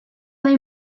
they